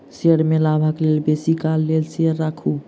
share में लाभक लेल बेसी काल लेल शेयर राखू